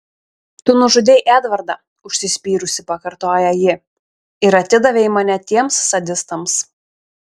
tu nužudei edvardą užsispyrusi pakartoja ji ir atidavei mane tiems sadistams